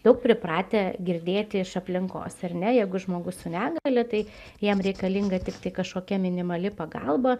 daug pripratę girdėti iš aplinkos ar ne jeigu žmogus su negalia tai jiem reikalinga tiktai kažkokia minimali pagalba